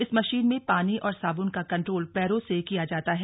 इस मशीन में पानी और साब्न का कंट्रोल पैरों से किया जाता है